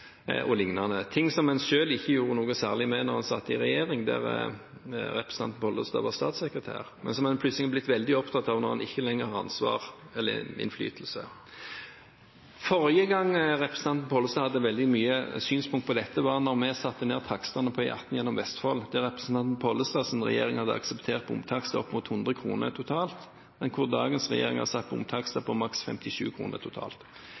o.l., ting som en selv ikke gjorde noe særlig med da en satt i regjering, der representanten Pollestad var statssekretær, men som en plutselig er blitt veldig opptatt av når en ikke lenger har ansvar eller innflytelse. Forrige gang representanten Pollestad hadde veldig mange synspunkter på dette, var da vi satte ned takstene på E18 gjennom Vestfold, der representanten Pollestads regjering hadde akseptert bomtakster opp mot 100 kr totalt, men der dagens regjering har satt bomtakster på maks 57 kr totalt.